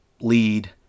lead